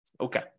Okay